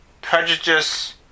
prejudice